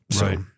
Right